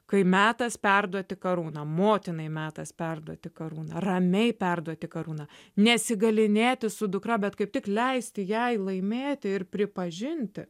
kai metas perduoti karūną motinai metas perduoti karūną ramiai perduoti karūną nesigalynėti su dukra bet kaip tik leisti jai laimėti ir pripažinti